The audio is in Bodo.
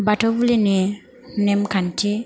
बाथौ बुलिनि नेमखान्थि